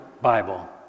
Bible